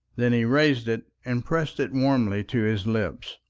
then he raised it and pressed it warmly to his lips.